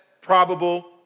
probable